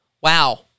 Wow